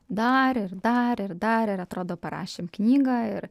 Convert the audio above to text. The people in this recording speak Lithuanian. dar ir dar ir dar ir atrodo parašėm knygą ir